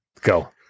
Go